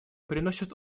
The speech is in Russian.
приносят